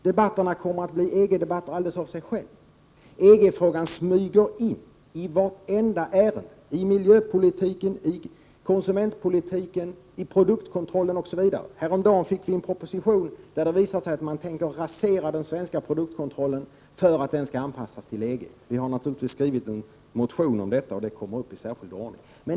Debatterna kommer att bli EG-debatter alldeles av sig själva. EG-frågan smyger in i vartenda ärende, i miljöpolitiken, konsumentpolitiken, produktkontrollen osv. Häromdagen fick vi en proposition, där det visar sig att man tänker rasera den svenska produktkontrollen för att den skall anpassas till EG. Vi har naturligtvis skrivit en motion om detta, och ärendet kommer upp i särskild ordning.